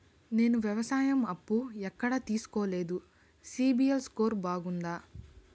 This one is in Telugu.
నేను వ్యవసాయం అప్పు ఎక్కడ తీసుకోలేదు, సిబిల్ స్కోరు బాగుందా?